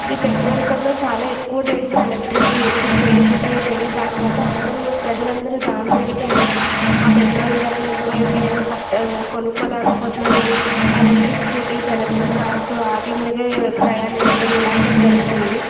ఈ పెట్రోల్ కన్నా చాలా ఎక్కువ డేంజర్ ఎలక్ట్రిక్ ఎప్పుడు పేలిపోతాయో తెలీదు దానివల్ల అందరూ ప్రజలందరూ దానిమీదకి వెళ్లడం ఆ పెట్రోల్ ధరలు ఎక్కువైపోయాయని కట్ట కొనుక్కోలేకపోతున్నామని ఎలక్ట్రిక్ స్కూటీస్ ఎలక్ట్రిక్ కార్స్ వాట్ల మీదే ప్రయాణించడం ఇలాంటి జరుగుతుంది